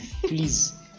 please